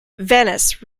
venice